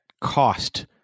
cost